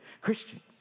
Christians